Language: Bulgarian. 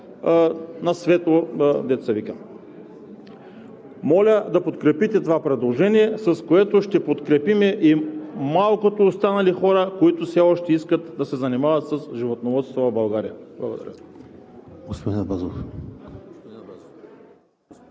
както се казва. Моля да подкрепите предложението, с което ще подкрепим и малкото останали хора, които все още искат да се занимават с животновъдство в България. Благодаря. ПРЕДСЕДАТЕЛ